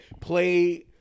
play